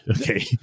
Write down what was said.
Okay